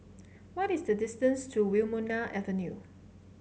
what is the distance to Wilmonar Avenue